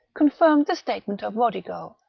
confirmed the statement of kodigo,